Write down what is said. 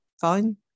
fine